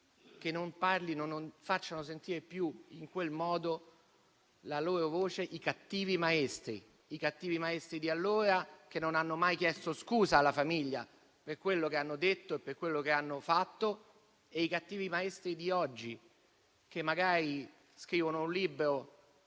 che non parlino e non facciano più sentire la loro voce in quel modo i cattivi maestri di allora, che non hanno mai chiesto scusa alla famiglia per quello che hanno detto e per quello che hanno fatto e i cattivi maestri di oggi, che magari scrivono un libro,